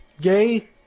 Gay